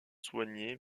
soigné